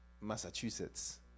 Massachusetts